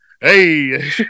Hey